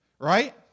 right